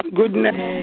goodness